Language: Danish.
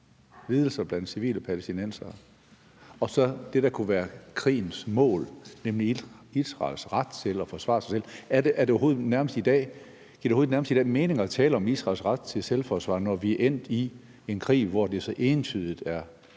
lidelser blandt civile palæstinensere og så det, der kunne være krigens mål, nemlig Israels ret til at forsvare sig selv. Giver det overhovedet i dag mening at tale om Israels ret til selvforsvar, når vi er endt i en krig, hvor det så entydigt er